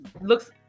looks